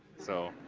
so